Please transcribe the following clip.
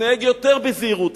נתנהג יותר בזהירות,